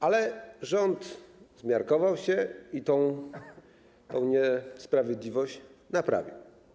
Ale rząd zmiarkował się i tę niesprawiedliwość naprawił.